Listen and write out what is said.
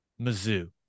Mizzou